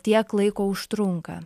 tiek laiko užtrunka